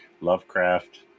Lovecraft